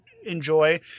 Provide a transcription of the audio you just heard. enjoy